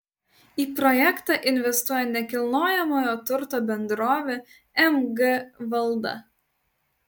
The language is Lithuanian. į projektą investuoja nekilnojamojo turto bendrovė mg valda